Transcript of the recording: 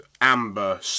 amber